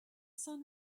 son